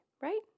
right